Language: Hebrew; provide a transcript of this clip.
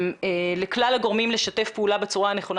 לכלל הגורמים לשתף פעולה בצורה הנכונה